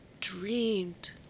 dreamed